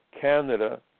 Canada